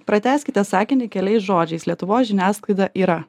pratęskite sakinį keliais žodžiais lietuvos žiniasklaida yra